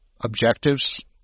objectives